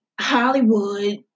Hollywood